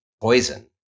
poison